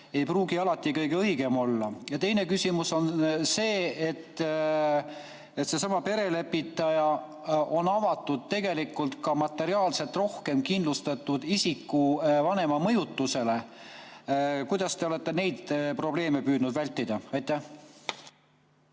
ei pruugi alati kõige õigem olla. Teine küsimus on see, et seesama perelepitaja on avatud tegelikult ka materiaalselt rohkem kindlustatud vanema mõjutusele. Kuidas te olete neid probleeme püüdnud vältida?